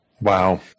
Wow